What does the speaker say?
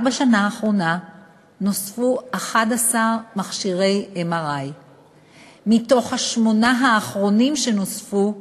רק בשנה האחרונה נוספו 11 מכשירי MRI. מתוך השמונה האחרונים שנוספו,